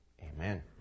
amen